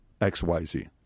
XYZ